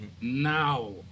now